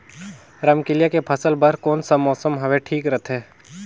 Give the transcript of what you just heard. रमकेलिया के फसल बार कोन सा मौसम हवे ठीक रथे?